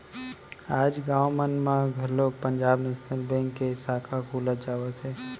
आज गाँव मन म घलोक पंजाब नेसनल बेंक के साखा खुलत जावत हे